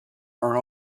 are